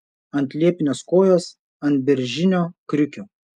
ant liepinės kojos ant beržinio kriukio